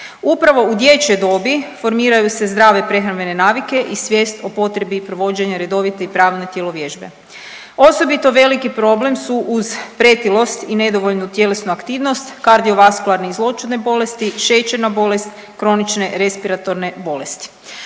Upravo u dječjoj dobi formiraju se zdrave prehrambene navike i svijest o potrebi provođenja redovite i pravilne tjelovježbe. Osobito veliki problem su uz pretilost i nedovoljnu tjelesnu aktivnost, kardiovaskularne i zloćudne bolesti, šećerna bolest i kronične respiratorne bolesti.